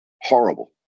horrible